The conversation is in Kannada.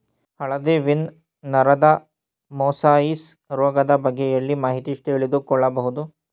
ಹಳದಿ ವೀನ್ ನರದ ಮೊಸಾಯಿಸ್ ರೋಗದ ಬಗ್ಗೆ ಎಲ್ಲಿ ಮಾಹಿತಿ ತಿಳಿದು ಕೊಳ್ಳಬಹುದು?